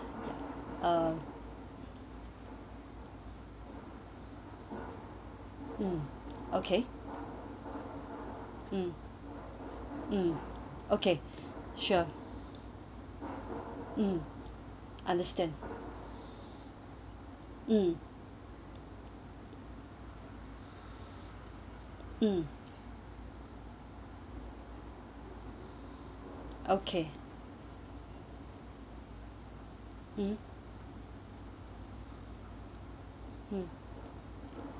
um mm okay mm mm okay sure mm understand mm mm okay mmhmm mm